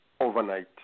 overnight